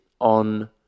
on